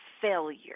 failure